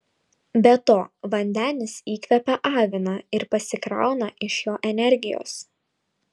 be to vandenis įkvepią aviną ir pasikrauna iš jo energijos